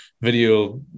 video